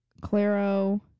Claro